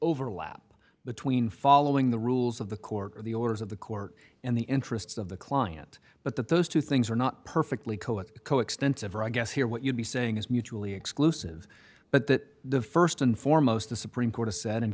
overlap between following the rules of the court the orders of the court and the interests of the client but that those two things are not perfectly coa coextensive or i guess here what you'd be saying is mutually exclusive but that the st and foremost the supreme court has said in